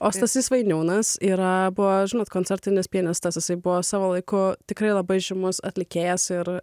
o stasys vainiūnas yra buvo žinot koncertinis pianistas jisai buvo savo laiku tikrai labai žymus atlikėjas ir